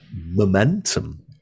momentum